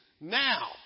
Now